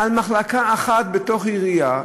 מחלקה אחת בעירייה,